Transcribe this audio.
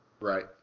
right